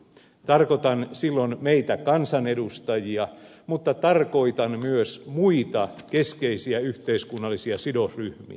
tarkoitan silloin meitä kansanedustajia mutta tarkoitan myös muita keskeisiä yhteiskunnallisia sidosryhmiä